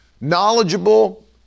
knowledgeable